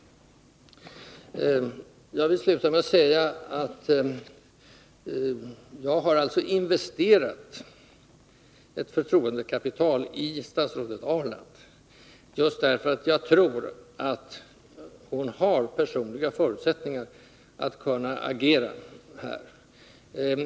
Jag vill sluta med att säga att jag har investerat ett förtroendekapital i statsrådet Ahrland, just därför att jag tror att hon har personliga förutsättningar att kunna agera här.